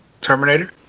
Terminator